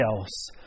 else